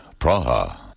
Praha